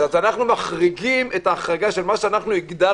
אנחנו מחריגים את ההחרגה של מה שהגדרנו